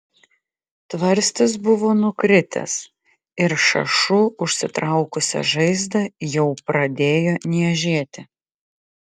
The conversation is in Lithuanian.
tvarstis buvo nukritęs ir šašu užsitraukusią žaizdą jau pradėjo niežėti